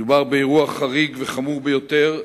מדובר באירוע חריג וחמור ביותר,